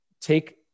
take